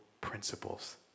principles